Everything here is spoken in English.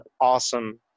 awesome